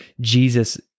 Jesus